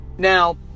Now